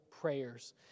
prayers